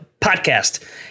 podcast